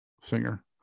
singer